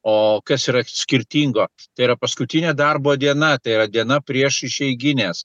o kas yra skirtingo tai yra paskutinė darbo diena tai yra diena prieš išeigines